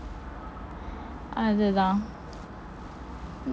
அது தான்:athu thaan